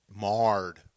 Marred